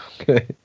Okay